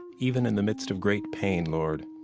and even in the midst of great pain, lord,